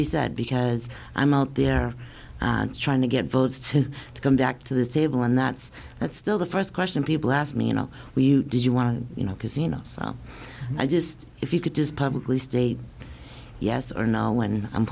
be said because i'm out there trying to get votes to come back to the table and that's that's still the first question people ask me you know when you do you want to you know because you know i just if you could just publicly state yes now when i'm